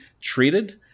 treated